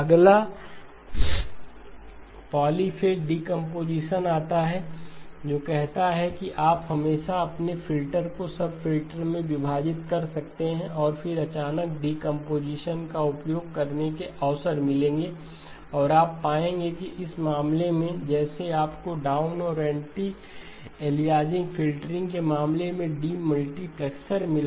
अगला polyphase decomposition आता है जो कहता है कि आप हमेशा अपने फ़िल्टर को सब फ़िल्टर में विभाजित कर सकते हैं और फिर अचानक डीकंपोजीशन का उपयोग करने के अवसर मिलेंगे और आप पाएंगे कि इस मामले में जैसे आपको डाउन और एंटी अलियासिंग फ़िल्टरिंग के मामले में डिमुल्टिप्लेक्सर मिला